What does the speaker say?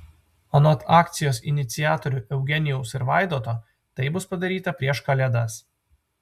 anot akcijos iniciatorių eugenijaus ir vaidoto tai bus padaryta prieš kalėdas